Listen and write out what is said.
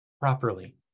properly